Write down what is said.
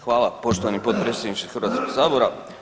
Hvala poštovani potpredsjedniče Hrvatskog sabora.